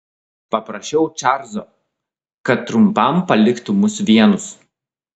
paprašiau čarlzo kad trumpam paliktų mus vienus